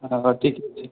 हँ ठीके छै